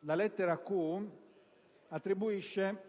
33 attribuisce